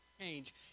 change